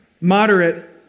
moderate